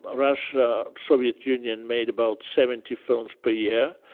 russia soviet union made about seventy films per year.